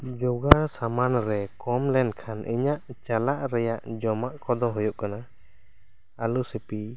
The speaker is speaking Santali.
ᱡᱚᱜᱟᱣ ᱥᱟᱢᱟᱱ ᱨᱮ ᱠᱚᱢ ᱞᱮᱱ ᱠᱷᱟᱱ ᱤᱧᱟᱹᱜ ᱪᱟᱞᱟᱜ ᱨᱮᱭᱟᱜ ᱡᱚᱢᱟᱜ ᱠᱚᱫᱚ ᱦᱩᱭᱩᱜ ᱠᱟᱱᱟ ᱟᱹᱞᱩ ᱥᱤᱯᱤ